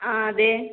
ആ അതെ